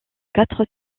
quatre